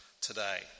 today